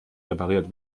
repariert